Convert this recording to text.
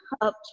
up